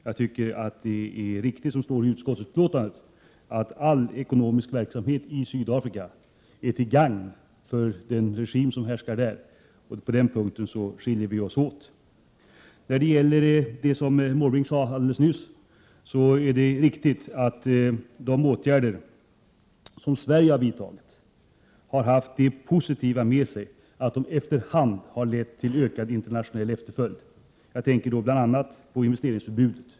Jag tycker att det är riktigt som det står i utskottsbetänkandet att all ekonomisk verksamhet i Sydafrika är till gagn för den regim som härskar där. På den punkten skiljer vi oss åt. När det gäller det som Bertil Måbrink sade alldeles nyss är det riktigt att de åtgärder som Sverige har vidtagit har haft det positiva med sig att de efter hand har lett till ökad internationell efterföljd. Jag tänker bl.a. på investeringsförbudet.